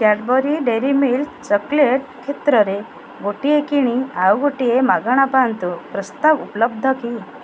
Cadbury Dairy Milk chocolate କ୍ଷେତ୍ରରେ ଗୋଟିଏ କିଣି ଆଉ ଗୋଟିଏ ମାଗଣା ପାଆନ୍ତୁ ପ୍ରସ୍ତାବ ଉପଲବ୍ଧ କି